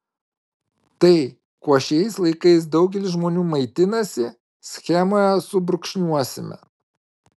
tai kuo šiais laikais daugelis žmonių maitinasi schemoje subrūkšniuosime